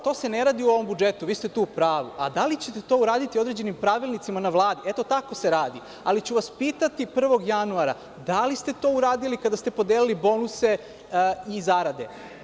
To se ne radi u ovom budžetu, vi ste tu u pravu, a da li ćete to uraditi određenim pravilnicima na Vladi, eto tako se radi, ali ću vas pitati 1. januara da li ste to uradili kada ste podelili bonuse i zarade?